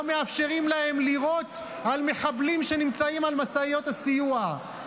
מאפשרים להם לירות על מחבלים שנמצאים על משאיות הסיוע,